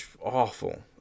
awful